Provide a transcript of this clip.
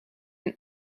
een